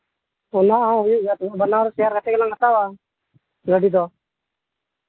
ᱚᱱᱟᱦᱚᱸ ᱦᱩᱭᱩᱜ ᱜᱮᱭᱟ ᱵᱟᱱᱟᱦᱚᱲ ᱥᱮᱭᱟᱨ ᱠᱟᱛᱮᱫ ᱜᱮᱞᱟᱝ ᱦᱟᱛᱟᱣᱟ ᱜᱟᱹᱰᱤ ᱫᱚ